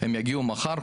הם יגיעו מחר,